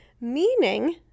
meaning